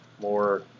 more